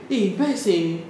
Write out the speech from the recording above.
eh best seh